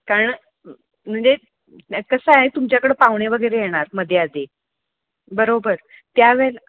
कारण म्हणजे कसं आहे तुमच्याकडं पाहुणे वगैरे येणार मध्येअधे बरोबर त्यावेळेला